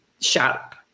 sharp